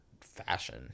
fashion